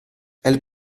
elle